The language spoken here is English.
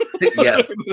Yes